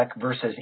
versus